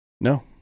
No